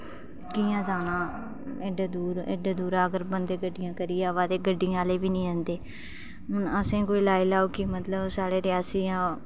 कि'यां जाना एड्डे दूर एड्डे दूरा बंदे गड्डियां करियै आवा दे ते लोक गड्डियां करा दे ते हून असेंगी कोई लाई लैओ कि लोक असेंगी